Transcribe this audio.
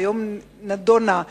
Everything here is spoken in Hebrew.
שהיום נדונה,